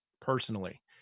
personally